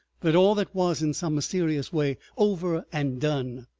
that all that was, in some mysterious way, over and done.